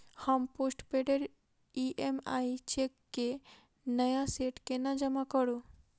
हम postdated EMI cheque केँ नया सेट केना जमा करू?